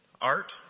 Art